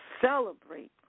celebrate